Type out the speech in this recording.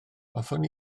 hoffwn